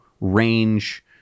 range